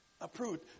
approved